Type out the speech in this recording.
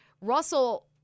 Russell